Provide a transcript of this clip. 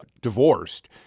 divorced